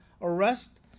arrest